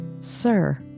Sir